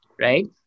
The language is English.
right